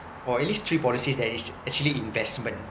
or at least three policies that is actually investment